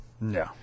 No